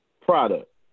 product